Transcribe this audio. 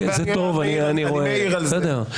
אני מעיר על זה.